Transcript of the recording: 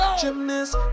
Gymnast